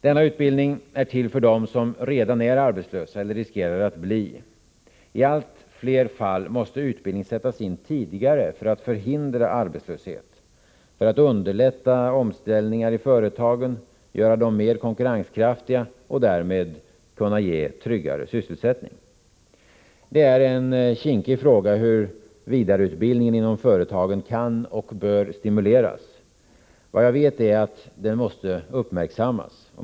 Denna utbildning är till för dem som redan är arbetslösa eller riskerar att bli det. I allt fler fall måste utbildning sättas in tidigare för att förhindra arbetslöshet, för att underlätta omställningar i företagen, göra dem mer konkurrenskraftiga och därmed kunna ge en tryggare sysselsättning. Det är en kinkig fråga hur vidareutbildningen inom företagen kan och bör stimuleras. Det jag vet är att den måste uppmärksammas.